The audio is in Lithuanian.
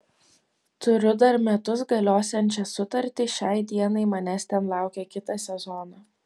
turiu dar metus galiosiančią sutartį šiai dienai manęs ten laukia kitą sezoną